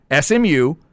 SMU